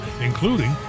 including